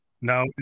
Now